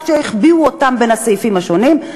רק שהחביאו אותם בין הסעיפים השונים.